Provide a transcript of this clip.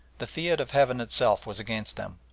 the fiat of heaven itself was against them,